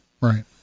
right